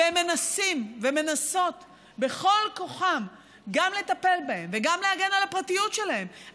והם מנסים ומנסות בכל כוחם גם לטפל בהם וגם להגן על הפרטיות שלהם,